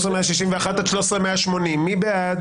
13,101 עד 13,120, מי בעד?